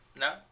No